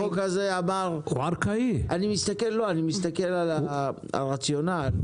אני מסתכל על הרציונל,